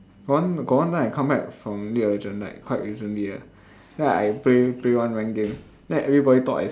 got one got one time I come back from league of legend like quite recently ah then I play play one rank game then everybody thought I